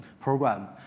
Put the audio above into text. program